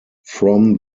from